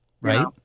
Right